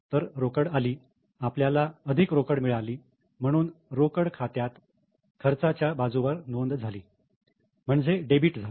तर रोकड आली आपल्याला अधिक रोकड मिळाली म्हणून रोकड खात्यात खर्चाच्या बाजूवर नोंद झाली म्हणजे डेबिट झाले